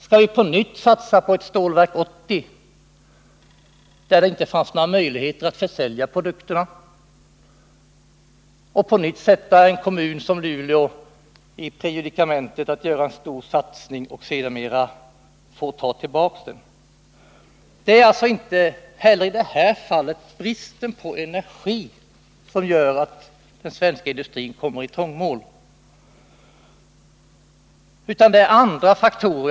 Skall vi på nytt satsa på ett Stålverk 80, där det inte fanns några möjligheter att försälja produkterna, och på nytt sätta en kommun som Luleå i predikamentet att göra en stor satsning och sedan få ta tillbaka den? Det är alltså inte i detta fall bristen på energi som gör att den svenska industrin kommer i trångmål utan andra faktorer.